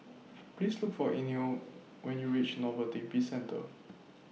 Please Look For Eino when YOU REACH Novelty Bizcentre